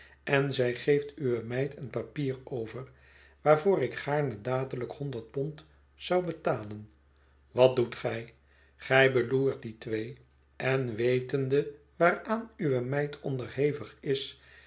en zij geeft uwe meid een papier over waarvoor ik gaarne dadelijk honderd pond zou betalen wat doet gij gij beloert die twee en wetende waaraan uwe meid onderhevig is